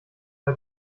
bei